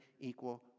equal